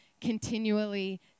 continually